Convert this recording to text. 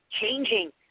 changing